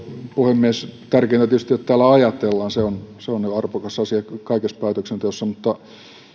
puhemies tärkeintä tietysti on että täällä ajatellaan se on jo arvokas asia kaikessa päätöksenteossa mutta